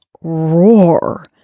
roar